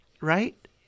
Right